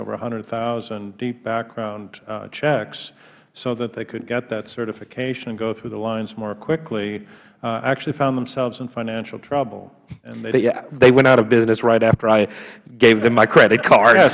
over one hundred thousand deep background checks so that they could get that certification go through the lines more quickly actually found themselves in financial trouble mister farenthold they went out of business right after i gave them my credit card